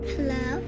Hello